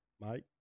Mike